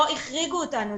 לא החריגו אותנו.